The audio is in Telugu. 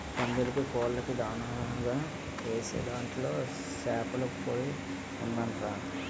పందులకీ, కోళ్ళకీ దానాగా ఏసే దాంట్లో సేపల పొడే ఉంటదంట్రా